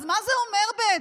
אז מה זה אומר בעצם?